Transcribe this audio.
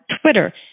Twitter